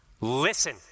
Listen